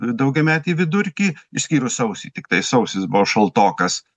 daugiametį vidurkį išskyrus sausį tiktai sausis buvo šaltokas